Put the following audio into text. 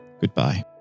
goodbye